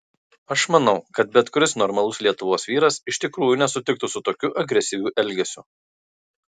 aš manau kad bet kuris normalus lietuvos vyras iš tikrųjų nesutiktų su tokiu agresyviu elgesiu